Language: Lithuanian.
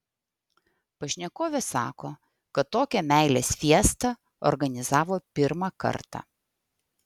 pašnekovė sako kad tokią meilės fiestą organizavo pirmą kartą